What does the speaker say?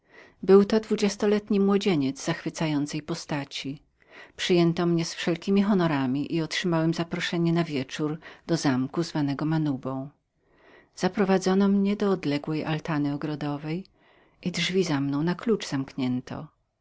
był to dwudziestoletni młodzieniec zachwycającej postaci przyjęto mnie z wszelkiemi zaszczytami i otrzymałem zaproszenie na wieczór do zamku nazwanego mazubą zaprowadzono mnie do odległoodległego kiosku w ogrodzie i drzwi za mną na klucz zamknięto